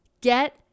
get